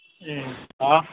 ꯎꯝ hello